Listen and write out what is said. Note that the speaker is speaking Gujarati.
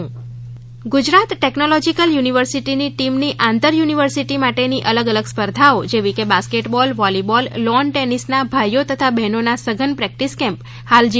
sports competition Gujarat technological university team ની આંતર યુનિવર્સિટી માટેની અલગ અલગ સ્પર્ધાઓ જેવીકે બાસ્કેટબોલ વોલીબોલ લોન ટેનિસ ના ભાઇઓ તથા બહેનો ના સઘન પ્રેક્ટિસ કેમ્પ હાલ જી